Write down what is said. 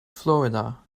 florida